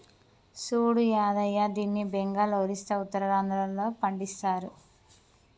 సూడు యాదయ్య దీన్ని బెంగాల్, ఒరిస్సా, ఉత్తరాంధ్రలో పండిస్తరు